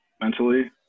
mentally